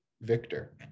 victor